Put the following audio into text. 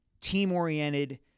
team-oriented